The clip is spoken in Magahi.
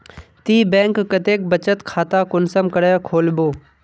ती बैंक कतेक बचत खाता कुंसम करे खोलबो?